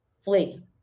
flee